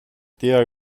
diğer